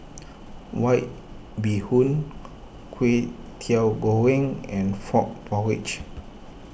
White Bee Hoon Kway Teow Goreng and Frog Porridge